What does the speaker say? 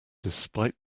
despite